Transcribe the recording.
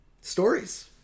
stories